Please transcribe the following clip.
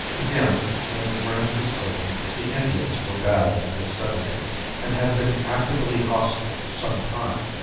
again, when the ranch was opened the indians were bad in the vicinity and had been actively hostile for some time.